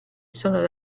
sono